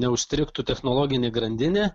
neužstrigtų technologinė grandinė